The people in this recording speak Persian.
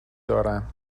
دارم